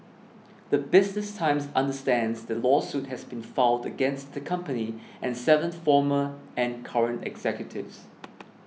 the Business Times understands the lawsuit has been filed against the company and seven former and current executives